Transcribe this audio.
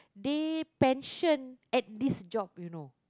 they pension at this job you know